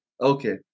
Okay